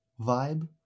vibe